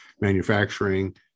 manufacturing